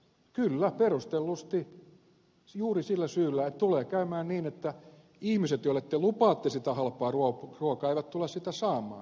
kyllä perustellusti juuri sillä syyllä että tulee käymään niin että ihmiset joille te lupaatte sitä halpaa ruokaa eivät tule sitä saamaan